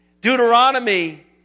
Deuteronomy